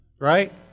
right